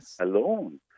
Alone